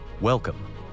Welcome